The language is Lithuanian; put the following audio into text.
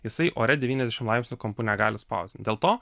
jisai ore devyniasdešim laipsnių kampu negali spausdint dėl to